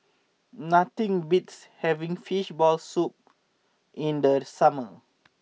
nothing beats having Fishball Soup in the summer